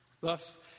Thus